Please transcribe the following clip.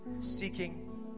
seeking